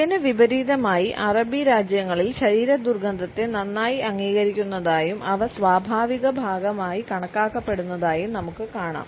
ഇതിനു വിപരീതമായി അറബി രാജ്യങ്ങളിൽ ശരീര ദുർഗന്ധത്തെ നന്നായി അംഗീകരിക്കുന്നതായും അവ സ്വാഭാവിക ഭാഗമായി കണക്കാക്കപ്പെടുന്നതായും നമുക്ക് കാണാം